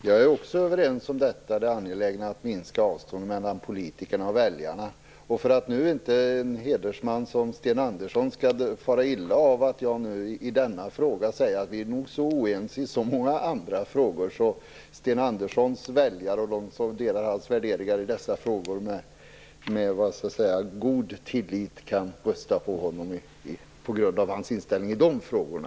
Fru talman! Jag är överens om att det är angeläget att minska avståndet mellan politikerna och väljarna. För att inte en hedersman som Sten Andersson skall fara illa av att jag i denna fråga säger att vi inte är så oense som i många andra frågor skall jag säga att Sten Anderssons väljare och de som delar hans värderingar med god tillit kan rösta på honom på grund av hans inställning i de andra frågorna.